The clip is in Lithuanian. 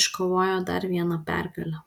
iškovojo dar vieną pergalę